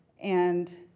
and